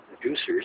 producers